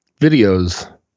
videos